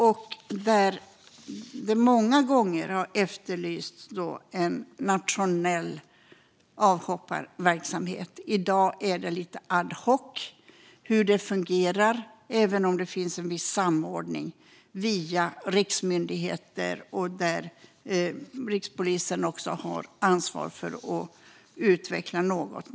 Där har det många gånger efterlysts en nationell avhopparverksamhet. I dag är det lite ad hoc när det gäller hur det fungerar, även om det finns en viss samordning via riksmyndigheter, där rikspolisen har ansvar för att utveckla något.